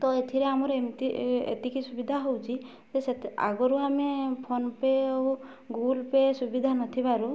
ତ ଏଥିରେ ଆମର ଏମିତି ଏତିକି ସୁବିଧା ହେଉଛି ଯେ ଆଗରୁ ଆମେ ଫୋନପେ ଆଉ ଗୁଗୁଲ୍ ପେ ସୁବିଧା ନଥିବାରୁ